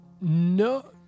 No